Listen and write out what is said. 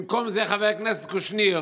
במקום זה, חבר הכנסת קושניר,